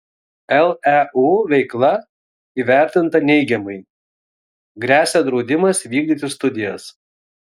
leu veikla įvertinta neigiamai gresia draudimas vykdyti studijas